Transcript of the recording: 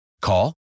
Call